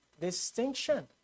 distinction